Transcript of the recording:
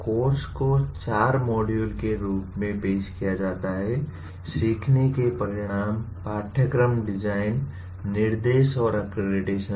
course को 4 module के रूप में पेश किया जाता है सीखने के परिणाम पाठ्यक्रम डिजाइन निर्देश और अक्रेडिटेशन